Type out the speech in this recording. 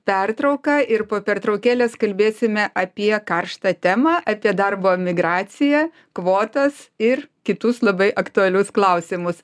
pertrauką ir po pertraukėlės kalbėsime apie karštą temą apie darbo migraciją kvotas ir kitus labai aktualius klausimus